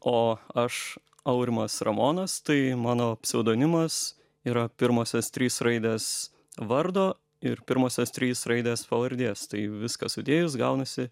o aš aurimas ramonas tai mano pseudonimas yra pirmosios trys raidės vardo ir pirmosios trys raidės pavardės tai viską sudėjus gaunasi